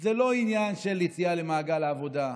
זה לא עניין של יציאה למעגל העבודה,